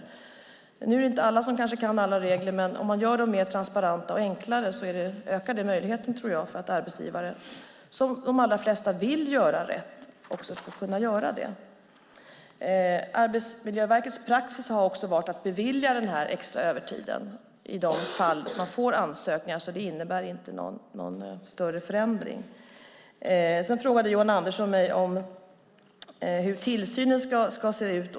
Det är kanske inte alla som kan alla regler, men om man gör dem mer transparenta och enklare tror jag att det ökar möjligheten för arbetsgivaren att göra rätt - de allra flesta vill göra det. Arbetsmiljöverkets praxis har varit att bevilja den extra övertiden i de fall som verket får ansökningar. Det innebär alltså inte någon större förändring. Johan Andersson frågade hur tillsynen ska se ut.